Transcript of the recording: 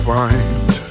find